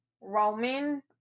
Roman